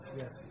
yes